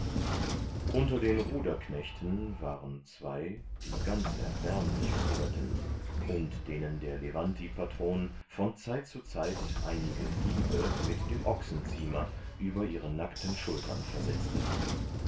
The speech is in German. unter den ruderknechten waren zwei die ganz erbärmlich ruderten und denen der levantipatron von zeit zu zeit einige hiebe mit dem ochsenziemer über ihre nackten schultern versetzte